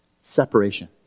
Separation